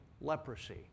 leprosy